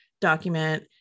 document